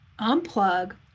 unplug